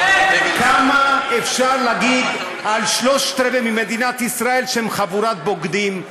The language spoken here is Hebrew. כמה אפשר להגיד על שלושה רבעים ממדינת ישראל שהם חבורת בוגדים?